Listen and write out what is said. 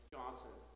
Johnson